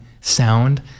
sound